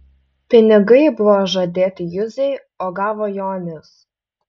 pinigai buvo žadėti juzei o gavo jonis